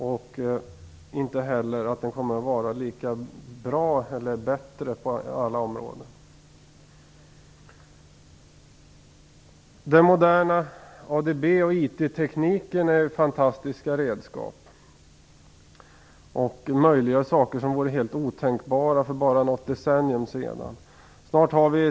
Det är inte heller säkert att den kommer att vara lika bra eller bättre på alla områden. Den moderna ADB-tekniken och IT är fantastiska redskap. De möjliggör saker som vore helt otänkbara för bara något decennium sedan.